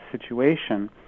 situation